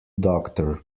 doctor